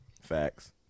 Facts